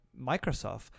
Microsoft